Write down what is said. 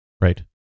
Right